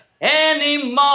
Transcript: anymore